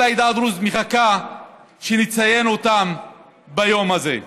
כל העדה הדרוזית מחכה שנציין אותם ביום הזה.